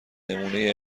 نمونه